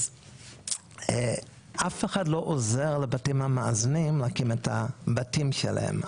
אז אף אחד לא עוזר לבתים המאזנים להקים את הבתים שלהם.